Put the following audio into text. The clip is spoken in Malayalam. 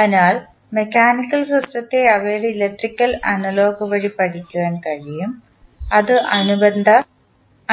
അതിനാൽ മെക്കാനിക്കൽ സിസ്റ്റത്തെ അവയുടെ ഇലക്ട്രിക്കൽ അനലോഗ് വഴി പഠിക്കാൻ കഴിയും അത്